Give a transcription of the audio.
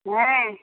হ্যাঁ